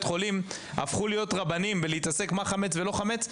חולים הפכו להיות רבנים ולהתעסק מה חמץ ולא חמץ,